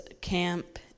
camp